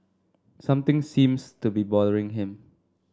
something seems to be bothering him